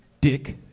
Dick